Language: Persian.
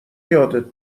یادت